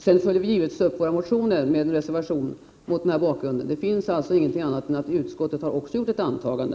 Sedan följer vi givetvis upp våra motioner med reservation, mot den här bakgrunden. Inte heller utskottet har således haft någonting annat att bygga på än ett eget antagande.